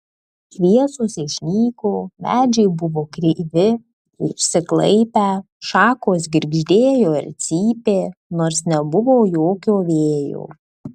šviesos išnyko medžiai buvo kreivi išsiklaipę šakos girgždėjo ir cypė nors nebuvo jokio vėjo